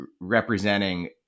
representing